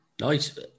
Nice